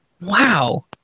Wow